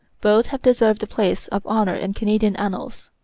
both have deserved a place of honour in canadian annals.